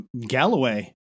Galloway